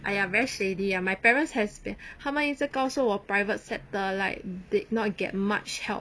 !aiya! very shady ah my parents has been 他们一直告诉我 private sector like did not get much help